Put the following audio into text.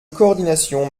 coordination